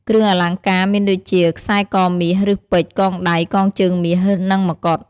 គ្រឿងអលង្ការមានដូចជាខ្សែកមាស ឬ ពេជ្រ កងដៃ កងជើងមាស និង ម្កុដ។